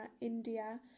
India